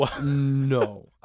No